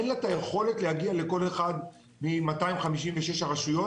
אין לה את היכולת להגיע לכל אחת מ-256 רשויות,